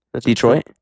Detroit